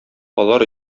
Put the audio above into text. алар